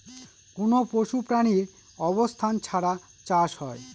কোনো পশু প্রাণীর অবস্থান ছাড়া চাষ হয়